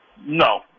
No